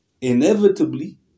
Inevitably